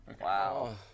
Wow